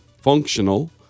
functional